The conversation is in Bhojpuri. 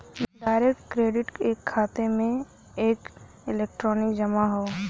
डायरेक्ट क्रेडिट एक खाते में एक इलेक्ट्रॉनिक जमा हौ